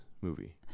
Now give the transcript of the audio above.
movie